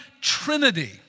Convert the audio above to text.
trinity